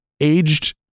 aged